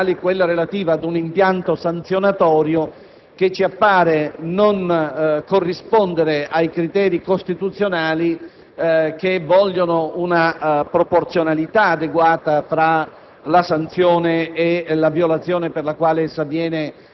proposte sottolineo anche quella relativa ad un impianto sanzionatorio che ci appare non corrispondere ai criteri costituzionali che vogliono una proporzionalità adeguata tra la